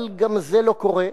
אבל גם זה לא קורה,